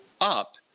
up